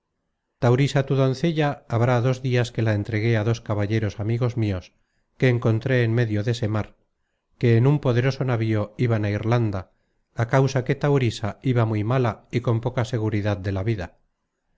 tu doncella habrá dos dias que la entregué a dos caballeros amigos mios que encontré en medio dese mar que en un poderoso navío iban á irlanda á causa que taurisa iba muy mala y con poca seguridad de la vida